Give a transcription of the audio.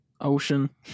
ocean